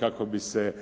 kako bi se